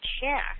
share